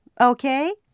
okay